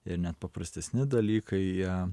ir net paprastesni dalykai jie